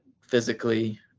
physically